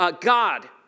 God